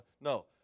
No